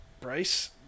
Bryce